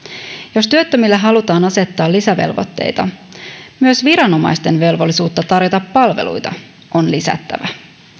jos työttömille halutaan asettaa lisävelvoitteita myös viranomaisten velvollisuutta tarjota palveluita on lisättävä